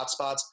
hotspots